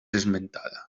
esmentada